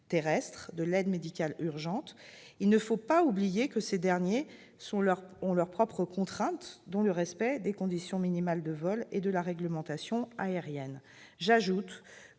de l'aide médicale urgente. Il ne faut pas oublier que ces derniers ont leurs propres contraintes, notamment le respect des conditions minimales de vol et de la réglementation aérienne.